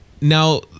Now